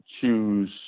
choose